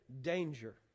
danger